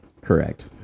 correct